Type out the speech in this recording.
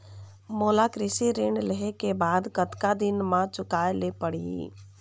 मोला कृषि ऋण लेहे के बाद कतका दिन मा चुकाए ले पड़ही?